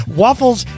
waffles